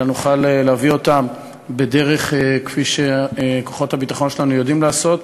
אלא נוכל להביא אותם בדרך כפי שכוחות הביטחון שלנו יודעים לעשות,